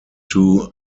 two